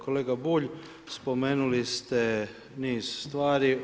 Kolega Bulj, spomenuli ste niz stvari.